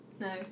no